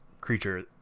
creature